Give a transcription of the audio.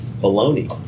bologna